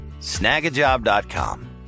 Snagajob.com